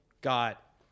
got